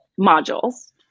modules